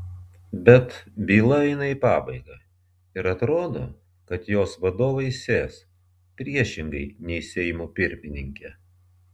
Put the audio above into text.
bet byla eina į pabaigą ir atrodo kad jos vadovai sės priešingai nei seimo pirmininkė